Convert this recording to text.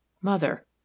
Mother